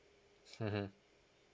mmhmm